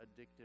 addictive